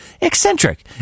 eccentric